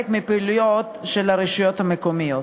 חלק מהפעילויות של הרשויות המקומיות.